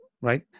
Right